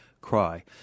cry